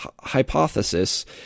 hypothesis